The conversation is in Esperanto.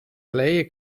pleje